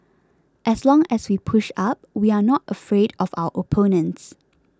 as long as we push up we are not afraid of our opponents